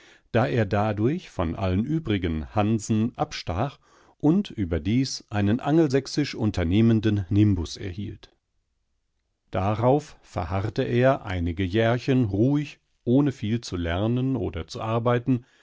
da er dadurch von allen übrigen hansen abstach und überdies einen angelsächsisch unternehmenden nimbus erhielt darauf verharrte er einige jährchen ruhig ohne viel zu lernen oder zu arbeiten